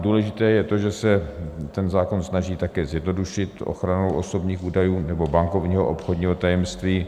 Důležité je, že se ten zákon snaží také zjednodušit ochranu osobních údajů nebo bankovního obchodního tajemství.